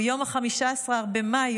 יום 15 במאי,